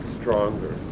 stronger